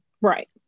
right